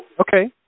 Okay